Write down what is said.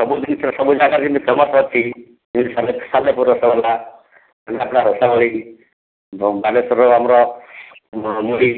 ସବୁ ଜିନିଷ ସବୁ ଜାଗାରେ ଯେମିତି ଫେମସ୍ ଅଛି ସାଲେପୁର ସାଲେପୁର ରସଗୋଲା କେନ୍ଦ୍ରାପଡ଼ା ରସାବଳୀ ବାଲେଶ୍ଵର ଆମର ମୁଢ଼ି